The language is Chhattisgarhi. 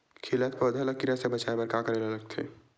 खिलत पौधा ल कीरा से बचाय बर का करेला लगथे?